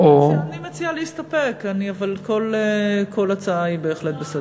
אני מציעה להסתפק, אבל כל הצעה היא בהחלט בסדר.